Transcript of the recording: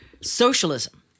socialism